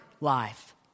life